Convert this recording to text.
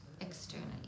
externally